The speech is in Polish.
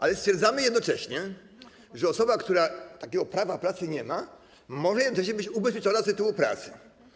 Ale stwierdzamy jednocześnie, że osoba, która takiego prawa pracy nie ma, może jednocześnie być ubezpieczona z tytułu pracy.